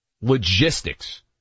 logistics